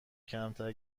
کمتر